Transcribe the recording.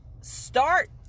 start